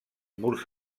murs